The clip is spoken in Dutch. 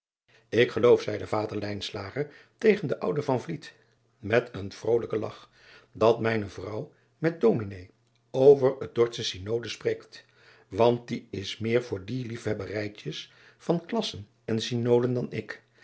k geloof zeide vader tegen den ouden met een vrolijken lach dat mijne vrouw met omine over het ordsche ynode spreekt want die is meer voor die liefhebberijtjes van lassen en ynoden dan ik